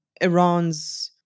Iran's